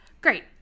Great